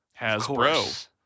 Hasbro